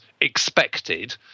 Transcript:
expected